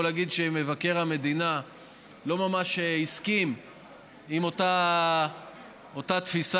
אני יכול להגיד שמבקר המדינה לא ממש הסכים לאותה תפיסה,